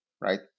right